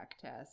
test